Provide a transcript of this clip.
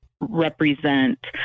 represent